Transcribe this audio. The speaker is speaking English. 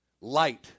Light